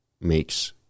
makes